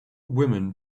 women